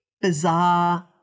bizarre